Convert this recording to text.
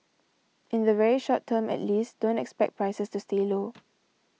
in the very short term at least don't expect prices to stay low